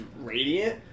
Radiant